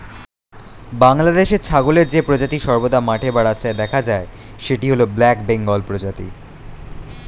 বাংলাদেশে ছাগলের যে প্রজাতি সর্বদা মাঠে বা রাস্তায় দেখা যায় সেটি হল ব্ল্যাক বেঙ্গল প্রজাতি